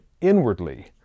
inwardly